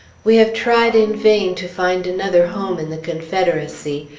we have tried in vain to find another home in the confederacy.